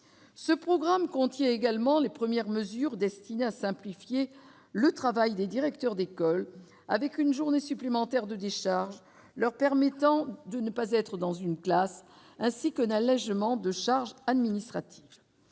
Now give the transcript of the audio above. ce programme contient également les premières mesures destinées à simplifier le travail des directeurs d'école avec une journée supplémentaire de décharge leur permettant de ne pas être dans une classe, ainsi qu'un allégement de charges administratives,